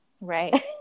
Right